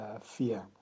fear